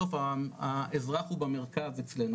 בסוף האזרח הוא במרכז אצלנו,